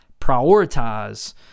prioritize